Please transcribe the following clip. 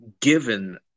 given